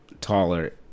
taller